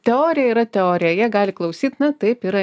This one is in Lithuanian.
teorija yra teorija jie gali klausyt nu taip yra